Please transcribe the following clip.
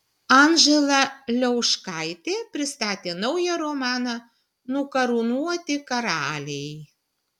anžela liauškaitė pristatė naują romaną nukarūnuoti karaliai